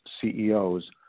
CEOs